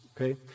Okay